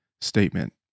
statement